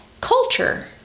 culture